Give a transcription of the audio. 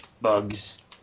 bugs